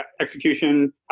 execution